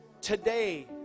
Today